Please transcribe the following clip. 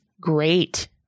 great